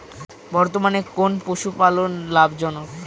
বর্তমানে কোন পশুপালন লাভজনক?